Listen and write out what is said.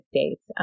States